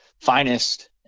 finest